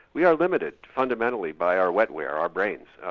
we are limited fundamentally by our wetware, our brains,